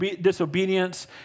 disobedience